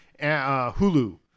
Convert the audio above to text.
Hulu